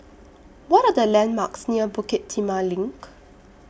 What Are The landmarks near Bukit Timah LINK